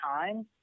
time